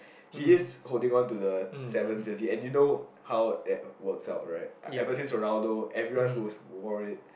he is holding onto the seven jersey and you know how that works out right every since Rolando everyone one who's wore it